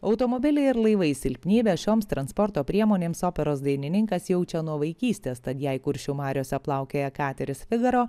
automobiliai ir laivai silpnybė šioms transporto priemonėms operos dainininkas jaučia nuo vaikystės tad jei kuršių mariose plaukioja kateris figaro